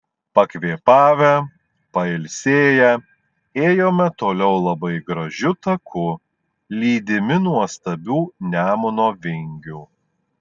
pakvėpavę pailsėję ėjome toliau labai gražiu taku lydimi nuostabių nemuno vingių